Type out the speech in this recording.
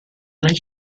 nel